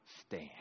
stand